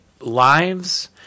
lives